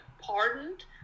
pardoned